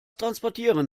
transportieren